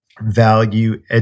value